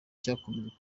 cyakomeje